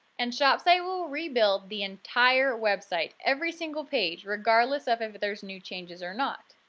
and shopsite will rebuild the entire website every single page regardless of if there's new changes or not.